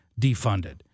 defunded